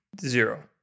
Zero